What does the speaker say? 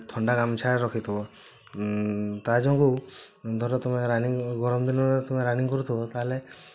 ଥଣ୍ଡା ଗାମୁଛା ରଖିଥିବ ତା ଯୋଗୁଁ ଧର ତୁମେ ରନିଙ୍ଗ୍ ଗରମ ଦିନରେ ତୁମେ ରନିଙ୍ଗ୍ କରୁଥିବ ତାହାହେଲେ